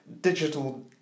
digital